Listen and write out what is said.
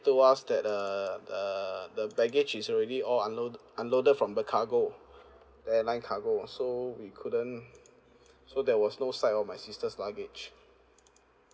told us that the the the baggage is already all unload unloaded from the cargo the airline cargo so we couldn't so there was no sight of my sister's luggage